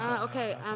Okay